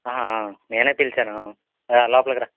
నేనే పిలిచాను రా లోపలికి రా